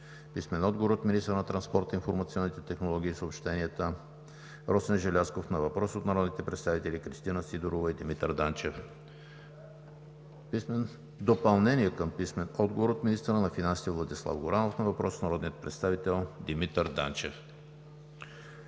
Динков; - министъра на транспорта, информационните технологии и съобщенията Росен Желязков на въпрос от народните представители Кристина Сидорова и Димитър Данчев; - допълнение към писмен отговор от министъра на финансите Владислав Горанов на въпрос от народния представител Димитър Данчев;